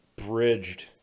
bridged